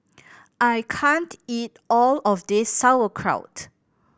I can't eat all of this Sauerkraut